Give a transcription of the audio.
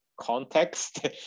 context